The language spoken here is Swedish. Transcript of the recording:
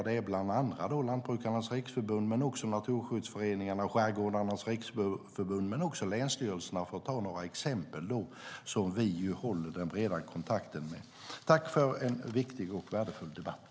Det är bland annat Lantbrukarnas Riksförbund, Naturskyddsföreningen, Skärgårdarnas Riksförbund och länsstyrelserna. Vi håller en bred kontakt med dem. Tack för en viktig och värdefull debatt!